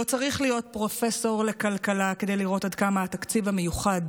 לא צריך להיות פרופסור לכלכלה כדי לראות עד כמה התקציב המיוחד